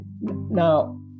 Now